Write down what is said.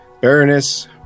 Baroness